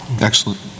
Excellent